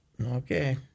Okay